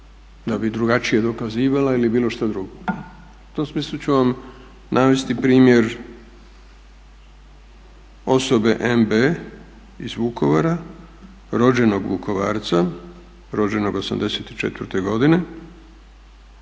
da bi drugačije dokazivala ili bilo šta drugo. U tom smislu ću vam navesti primjer osobe N.B. iz Vukovara, rođenog Vukovarca, rođenog '84. godine,